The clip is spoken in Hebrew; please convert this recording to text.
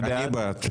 מי בעד?